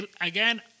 again